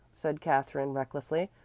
said katherine recklessly,